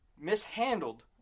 mishandled